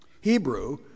Hebrew